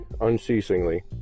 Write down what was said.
unceasingly